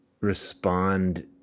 respond